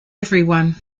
everyone